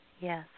yes